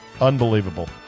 Unbelievable